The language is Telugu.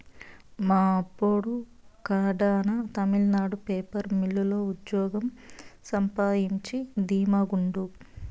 మా అబ్బోడు కడాన తమిళనాడు పేపర్ మిల్లు లో ఉజ్జోగం సంపాయించి ధీమా గుండారు